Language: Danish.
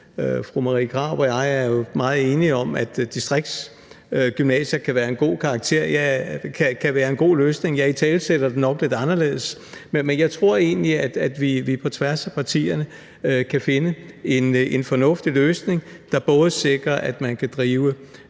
Fru Marie Krarup og jeg er jo meget enige om, at distriktsgymnasier kan være en god løsning, men jeg italesætter det nok lidt anderledes. Men jeg tror egentlig, at vi på tværs af partierne kan finde en fornuftig løsning, der både sikrer, at man kan drive